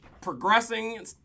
progressing